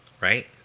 right